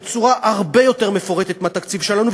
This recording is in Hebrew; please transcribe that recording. בצורה הרבה יותר מפורטת מהתקציב שלנו.